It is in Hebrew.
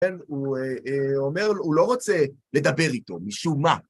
כן, הוא אומר, הוא לא רוצה לדבר איתו, משום מה.